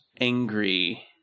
angry